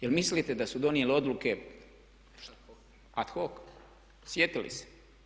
Jel' mislite da su donijeli odluke ad hoc, sjetili se?